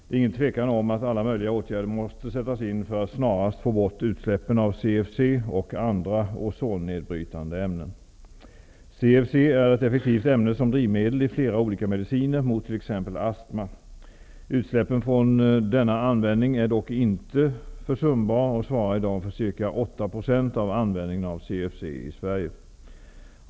Det är ingen tvekan om att alla möjliga åtgärder måste sättas in för att snarast få bort utsläppen av CFC och andra ozonnedbrytande ämnen. CFC är ett effektivt ämne som drivmedel i flera olika mediciner mot t.ex. astma. Utsläppen från denna användning är dock inte försumbar och svarar i dag för ca 8 % av användningen av CFC i Sverige.